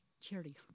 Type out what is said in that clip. Charity